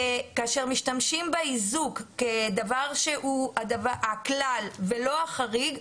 כאשר משתמשים באיזוק כדבר שהוא הכלל ולא החריג,